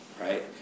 right